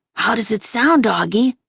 how does it sound, auggie?